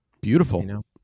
Beautiful